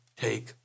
take